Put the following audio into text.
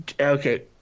Okay